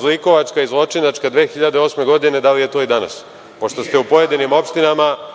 zlikovačka i zločinačka 2008. godine, da li je to i danas, pošto ste u pojedinim opštinama